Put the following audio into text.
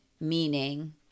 meaning